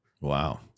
Wow